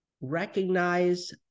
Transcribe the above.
recognize